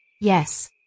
Yes